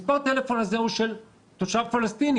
מספר הטלפון הזה הוא של תושב פלסטיני.